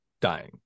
dying